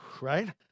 right